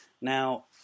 Now